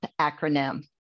acronym